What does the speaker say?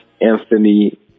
Anthony